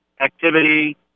activity